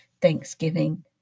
Thanksgiving